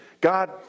god